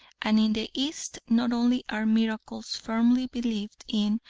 and in the east not only are miracles firmly believed in,